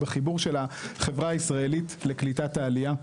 בחיבור של החברה הישראלית לקליטת העלייה.